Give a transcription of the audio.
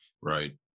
Right